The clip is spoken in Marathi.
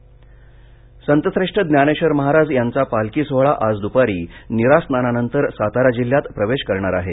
ज्ञानेश्वर महाराज पालखी संतश्रेष्ठ ज्ञानेश्वर महाराज यांचा पालखी सोहळा आज दुपारी नीरा स्नानानंतर सातारा जिल्ह्यात प्रवेश करणार आहे